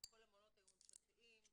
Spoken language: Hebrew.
כל המעונות היו ממשלתיים,